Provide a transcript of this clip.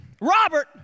Robert